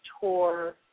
tour